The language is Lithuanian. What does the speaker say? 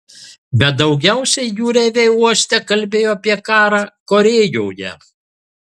bet daugiausiai jūreiviai uoste kalbėjo apie karą korėjoje